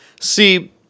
See